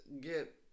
Get